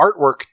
artwork